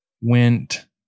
Went